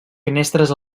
finestres